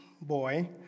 boy